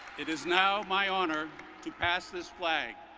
it is now my honor to pass this flag.